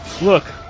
Look